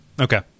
Okay